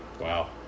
Wow